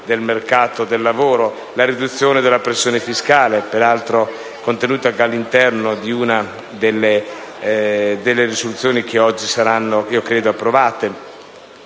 del mercato del lavoro, la riduzione della pressione fiscale (misura peraltro contenuta anche all'interno di una delle risoluzioni che oggi saranno, credo, approvate).